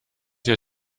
your